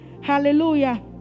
Hallelujah